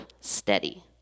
steady